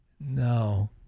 No